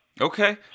Okay